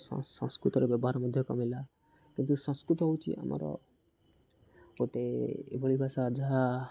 ସଂସ୍କୃତର ବ୍ୟବହାର ମଧ୍ୟ କମିଲା କିନ୍ତୁ ସଂସ୍କୃତ ହେଉଛି ଆମର ଗୋଟେ ଏଭଳି ଭାଷା ଯାହା